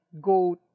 go